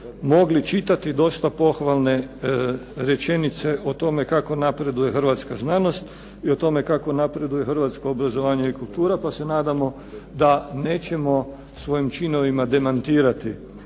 mogli čitati dosta pohvalne rečenice o tome kako napreduje hrvatska znanost i o tome kako napreduje hrvatsko obrazovanje i kultura pa se nadamo da nećemo svojim činovima demantirati